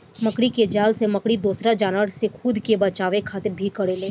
मकड़ी के जाल से मकड़ी दोसरा जानवर से खुद के बचावे खातिर भी करेले